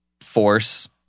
force